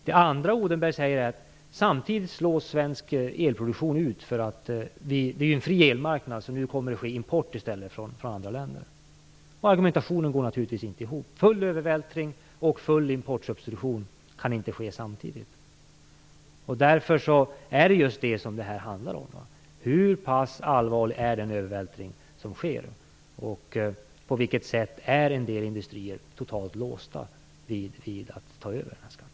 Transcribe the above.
Det andra Odenberg säger är att svensk elproduktion samtidigt slås ut, därför att det är en fri elmarknad och det nu i stället kommer att ske en import från andra länder. Argumentationen går naturligtvis inte ihop. Full övervältring och full importsubstitution kan inte ske samtidigt. Därför är det just det som det här handlar om: Hur pass allvarlig är den övervältring som sker? På vilket sätt är en del industrier totalt låsta vid att ta över den här skatten?